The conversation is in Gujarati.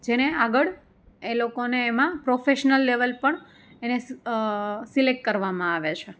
જેને આગળ એ લોકોને એમાં પ્રોફેશનલ લેવલ પણ એને સિલેકટ કરવામાં આવે છે